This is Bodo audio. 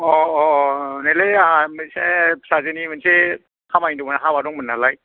नैलै आंहा मोनसे फिसाजोनि मोनसे खामानि दंमोन हाबा दंमोन नालाय